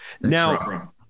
Now